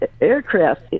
aircraft